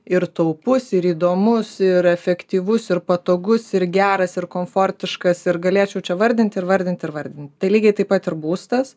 ir taupus ir įdomus ir efektyvus ir patogus ir geras ir komfortiškas ir galėčiau čia vardinti ir vardinti ir vardinti tai lygiai taip pat ir būstas